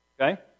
Okay